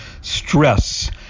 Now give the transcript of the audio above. stress